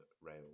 Rail